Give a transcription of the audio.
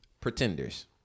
Pretenders